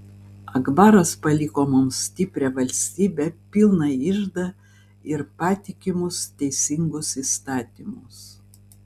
akbaras paliko mums stiprią valstybę pilną iždą ir patikimus teisingus įstatymus